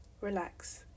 relax